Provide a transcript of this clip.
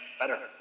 better